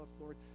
Lord